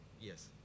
Yes